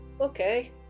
Okay